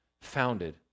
founded